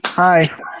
Hi